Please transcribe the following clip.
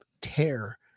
tear